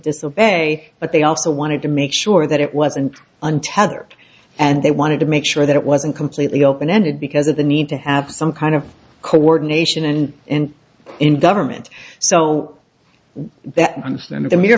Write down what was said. disobey but they also wanted to make sure that it wasn't untethered and they wanted to make sure that it wasn't completely open ended because of the need to have some kind of coordination and end in government sell that